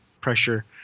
pressure